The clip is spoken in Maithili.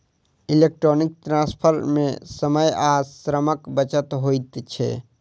इलेक्ट्रौनीक ट्रांस्फर मे समय आ श्रमक बचत होइत छै